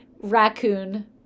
raccoon